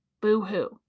Boo-hoo